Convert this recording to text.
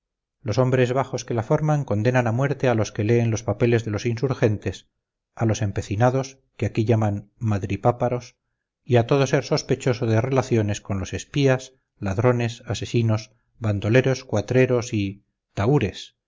los hombres bajos que la forman condenan a muerte a los que leen los papeles de los insurgentes a losempecinados que aquí llaman madripáparos y a todo ser sospechoso de relaciones con los espías ladrones asesinos bandoleros cuatreros y tahures